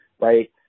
right